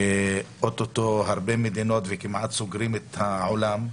שאוטוטו הרבה מדינות, וכמעט סוגרים את העולם.